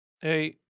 Hey